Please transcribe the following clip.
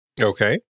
Okay